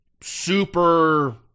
super